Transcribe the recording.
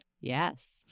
Yes